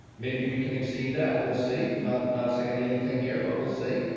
maybe we can exceed that. we'll see. not not saying and anything here. but we'll see.